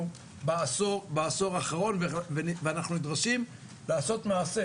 בעשור האחרון ואנחנו נדרשים לעשות מעשה.